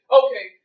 okay